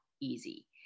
easy